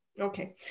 okay